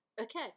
okay